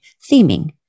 theming